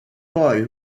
boy